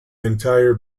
entire